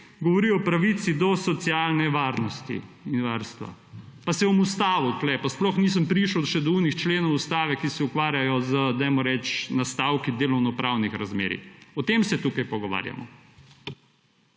govori o pravici do socialne varnosti in varstva. Pa se bom ustavil tu, pa sploh nisem prišel še do tistih členov Ustave, ki se ukvarjajo z, dajmo reči, nastavki delovnopravnih razmerij. O tem se tukaj pogovarjamo.